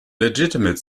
legitimate